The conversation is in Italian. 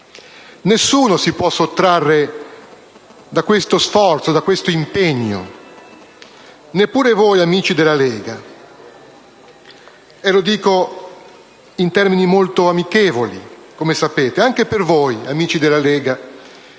Nessuno si può sottrarre a questo sforzo, a questo impegno, neppure voi, amici della Lega. E lo dico in termini molto amichevoli, come sapete. Anche per voi, amici della Lega,